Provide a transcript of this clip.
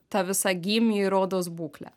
tą visą gymį ir odos būklę